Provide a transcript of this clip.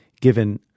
given